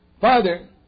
Father